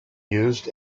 used